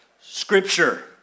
scripture